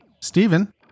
Stephen